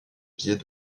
billets